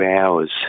hours